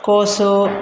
ಕೋಸು